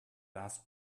last